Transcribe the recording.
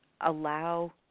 allow